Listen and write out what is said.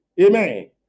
amen